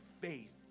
faith